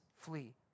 flee